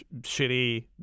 shitty